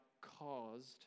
caused